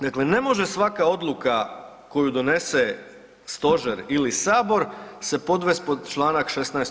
Dakle, ne može svaka odluka koju donese stožer ili sabor se podvest pod Članak 16.